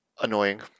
annoying